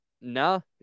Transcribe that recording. No